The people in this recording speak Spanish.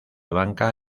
banca